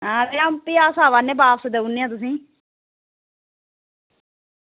आं ते भी अस बापस आवै नै ते देई ओड़ने आं तुसें ई